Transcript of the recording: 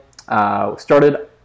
started